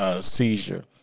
seizure